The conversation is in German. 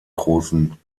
großen